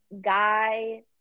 guy